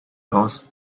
aus